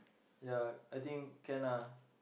ya I think can ah